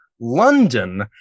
London